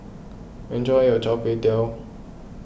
enjoy your Chai